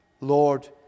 Lord